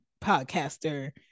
podcaster